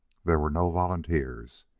there were no volunteers.